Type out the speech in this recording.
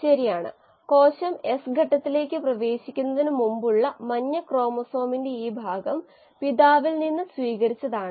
കൃത്രിമ ചർമ്മം ഞാൻ കരുതുന്നത് ആദ്യത്തെ ജനപ്രിയ അവയവമാണ് തുടർന്നു വിക്ടിമ്മ്സ് കത്തികപെടുന്നു പിന്നെ സുഖപ്പെടുന്നു